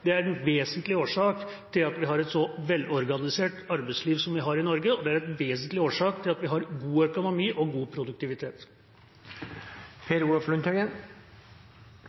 utfordret, er en vesentlig årsak til at vi har et så velorganisert arbeidsliv som vi har i Norge, og det er en vesentlig årsak til at vi har god økonomi og god produktivitet.